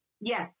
yes